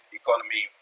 economy